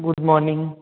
good morning